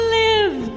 live